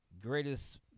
greatest